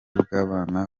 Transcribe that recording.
bw’abana